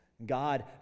God